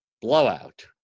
Blowout